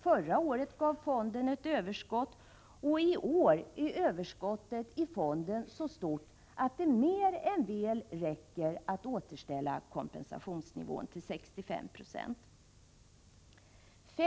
Förra året gav fonden ett överskott, och i år är överskottet i fonden så stort att det mer än väl räcker för att återställa kompensationsnivån till 65 96.